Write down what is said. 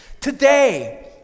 today